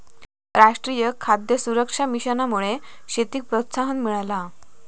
राष्ट्रीय खाद्य सुरक्षा मिशनमुळा शेतीक प्रोत्साहन मिळाला हा